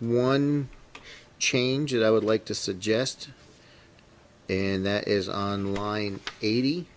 one change i would like to suggest and that is on line eighty